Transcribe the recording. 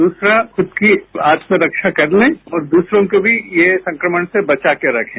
दूसरा खुद की आत्मरक्षा करने और दूसरों को भी ये संक्रमण से बचा कर रखें